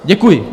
Děkuji.